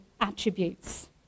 attributes